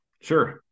Sure